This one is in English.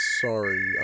sorry